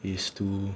is to